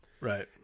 right